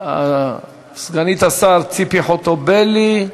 סגנית השר ציפי חוטובלי.